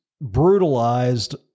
brutalized